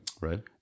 Right